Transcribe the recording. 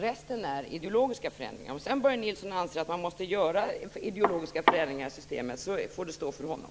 Resten är ideologiska förändringar. Om sedan Börje Nilsson anser att man måste göra ideologiska förändringar i systemet får det stå för honom.